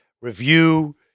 review